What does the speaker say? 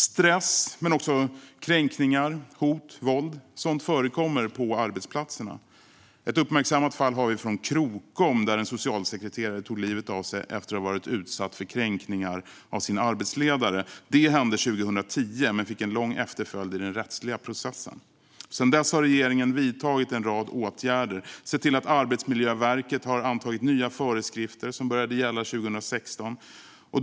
Stress men också kränkningar, hot och våld är sådant som förkommer på arbetsplatserna. Det finns ett uppmärksammat fall från Krokom, där en socialsekreterare tog livet av sig efter att ha varit utsatt för kränkningar av sin arbetsledare. Det hände 2010 men fick en lång efterföljd i den rättsliga processen. Sedan dess har regeringen vidtagit en rad åtgärder och sett till att Arbetsmiljöverket har antagit nya föreskrifter, som började gälla 2016.